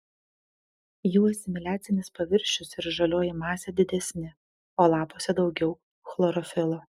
jų asimiliacinis paviršius ir žalioji masė didesni o lapuose daugiau chlorofilo